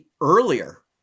earlier